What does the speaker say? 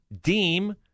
deem